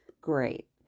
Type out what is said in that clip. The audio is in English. Great